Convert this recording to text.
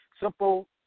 simple